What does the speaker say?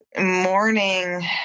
morning